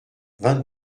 vingt